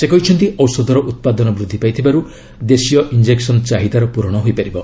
ସେ କହିଛନ୍ତି ଔଷଧର ଉତ୍ପାଦନ ବୃଦ୍ଧି ପାଇଥିବାରୁ ଦେଶୀୟ ଇଞ୍ଜକସନ୍ ଚାହିଦାର ପୂରଣ ହୋଇପାରିବ